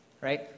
right